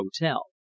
Hotel